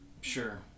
sure